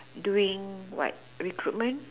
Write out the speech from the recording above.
during what recruitment